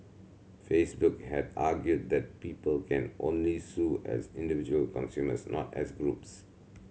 Facebook had argued that people can only sue as individual consumers not as groups